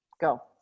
go